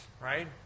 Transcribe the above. right